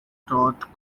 taught